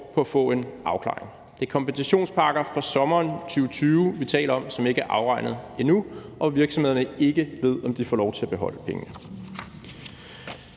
på at få en afklaring. Det er kompensationspakker fra sommeren 2020, vi taler om, som ikke er afregnet endnu, og hvor virksomhederne ikke ved, om de få lov til at beholde pengene.